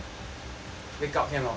make up can or not